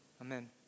Amen